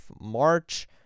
March